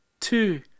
two